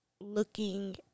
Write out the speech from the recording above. looking